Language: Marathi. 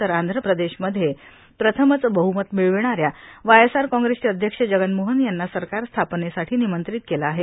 तर आंध्रमध्ये प्रथमच बहमत मिळवणाऱ्या वाय एस आर कॉग्रेसचे अध्यक्ष जगनमोहन यांना सरकार स्थापनेसाठी निमंत्रित केलं आहे